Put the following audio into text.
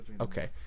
Okay